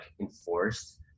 enforced